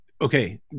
Okay